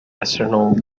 astronaut